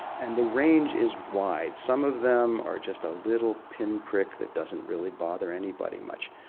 and the range is wide. some of them are just a little pinprick that doesn't really bother anybody much.